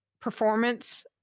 performance